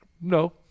No